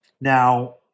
Now